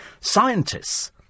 scientists